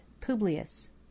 Publius